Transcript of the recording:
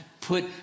put